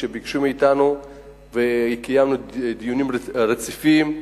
כשביקשו מאתנו קיימנו דיונים רציפים,